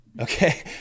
Okay